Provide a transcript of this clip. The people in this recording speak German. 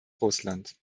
russland